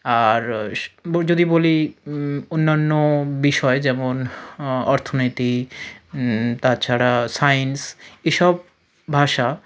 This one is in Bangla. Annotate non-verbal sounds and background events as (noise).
আর (unintelligible) যদি বলি অন্যান্য বিষয় যেমন অর্থনীতি তাছাড়া সাইন্স এসব ভাষা